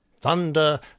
Thunder